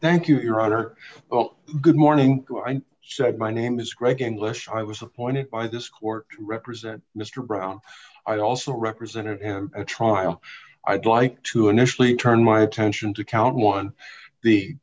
thank you your honor oh good morning said my name is greg english i was appointed by this court to represent mr brown i also represented him at trial i'd like to initially turn my attention to count one the